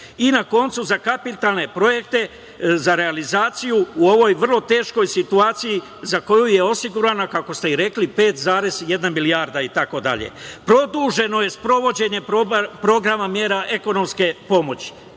i na koncu za kapitalne projekte za realizaciju u ovoj vrlo teškoj situaciji za koju je osigurana, kako ste i rekli, 5,1 milijarda, itd. Produženo je sprovođenje programa mera ekonomske pomoći.